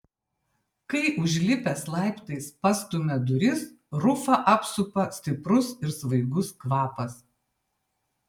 kai užlipęs laiptais pastumia duris rufą apsupa stiprus ir svaigus kvapas